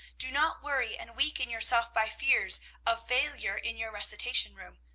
do not weary and weaken yourself by fears of failure in your recitation room.